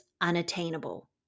unattainable